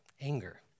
anger